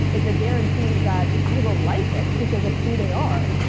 it's a guarantee that i will like it because of who they are.